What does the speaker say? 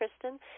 Kristen